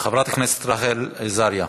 חברת הכנסת רחל עזריה.